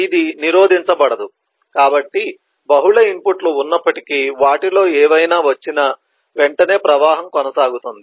ఇది నిరోధించబడదు కాబట్టి బహుళ ఇన్పుట్లు ఉన్నప్పటికీ వాటిలో ఏవైనా వచ్చిన వెంటనే ప్రవాహం కొనసాగుతుంది